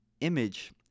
image